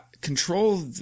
control